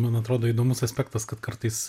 man atrodo įdomus aspektas kad kartais